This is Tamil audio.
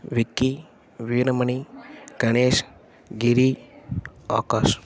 விக்கி வீரமணி கணேஷ் கிரி ஆகாஷ்